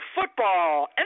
football